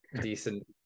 decent